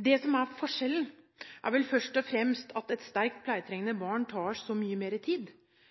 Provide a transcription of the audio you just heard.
Det som er forskjellen, er vel først og fremst at et sterkt pleietrengende barn tar så mye mer tid.